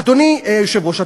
אדוני היושב-ראש,